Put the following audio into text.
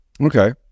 Okay